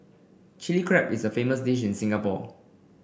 Chilli Crab is a famous dish in Singapore